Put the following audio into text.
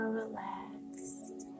relaxed